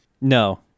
No